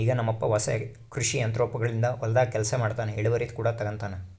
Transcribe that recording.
ಈಗ ನಮ್ಮಪ್ಪ ಹೊಸ ಕೃಷಿ ಯಂತ್ರೋಗಳಿಂದ ಹೊಲದಾಗ ಕೆಲಸ ಮಾಡ್ತನಾ, ಇಳಿವರಿ ಕೂಡ ತಂಗತಾನ